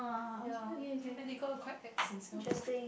ya the medical quite ex in Singapore